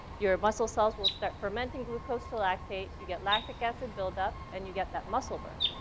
your muscle cells will start fermenting glucose to lactate. you get lactic acid buildup and you get that muscle burn.